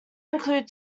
include